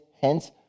hence